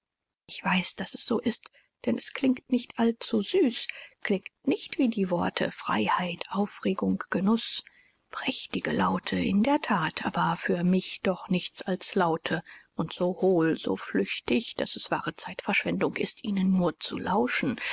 ich weiß daß es so ist denn es klingt nicht allzu süß es klingt nicht wie die worte freiheit aufregung genuß prächtige laute in der that aber für mich doch nichts als laute und so hohl so flüchtig daß es wahre zeitverschwendung ist ihnen nur zu lauschen